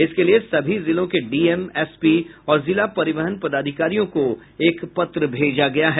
इसके लिये सभी जिलों के डीएम एसपी और जिला परिवहन पदाधिकारियों को एक पत्र भेजा गया है